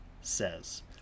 says